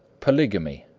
polygamy,